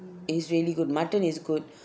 it's really good mutton is good